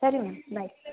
ಸರಿ ಮ್ಯಾಮ್ ಬಾಯ್